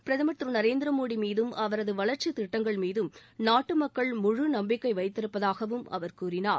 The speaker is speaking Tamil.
பிரதமர் திரு நரேந்திரமோடி மீதும் அவரது வளர்ச்சித் திட்டங்கள்மீதும் நாட்டு மக்கள் முழு நம்பிக்கை வைத்திருப்பதாகவும் அவர் கூறினார்